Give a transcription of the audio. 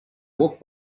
walk